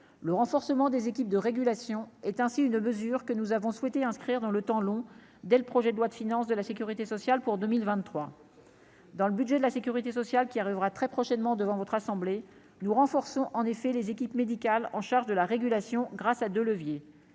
le renforcement des équipes de régulation est ainsi une mesure que nous avons souhaité inscrire dans le temps long, dès le projet de loi de finance de la Sécurité sociale pour 2023 dans le budget de la Sécurité sociale qui arrivera très prochainement devant votre assemblée nous renforçons en effet les équipes médicales, en charge de la régulation grâce à 2 leviers